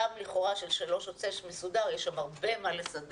גם לכאורה ששלוש עד שש מסודר יש שם הרבה מה לסדר,